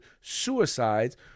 suicides